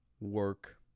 work